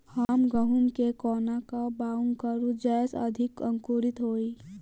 हम गहूम केँ कोना कऽ बाउग करू जयस अधिक अंकुरित होइ?